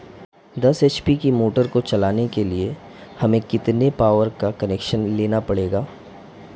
दस एच.पी की मोटर को चलाने के लिए हमें कितने पावर का कनेक्शन लेना पड़ेगा?